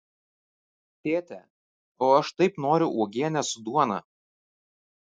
tėte o aš taip noriu uogienės su duona